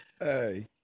Hey